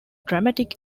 dramatic